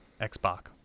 xbox